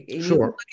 Sure